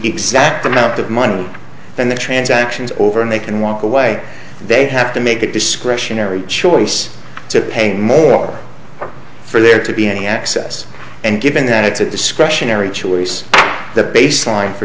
exact amount of money then the transactions over and they can walk away they have to make a discretionary choice to pay more for there to be any excess and given that it's a discretionary choice the baseline for